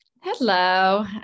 Hello